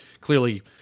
clearly